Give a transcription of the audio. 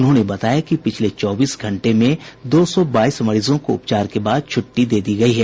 उन्होंने बताया कि पिछले चौबीस घंटे में दो सौ बाईस मरीजों को उपचार के बाद अस्पतालों से छूट्टी दे दी गयी है